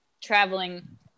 traveling